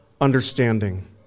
understanding